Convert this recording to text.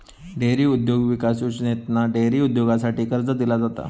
dairy उद्योग विकास योजनेतना डेअरी उद्योगासाठी कर्ज दिला जाता